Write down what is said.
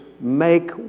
make